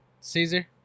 caesar